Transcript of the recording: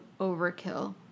overkill